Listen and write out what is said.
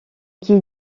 qui